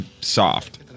Soft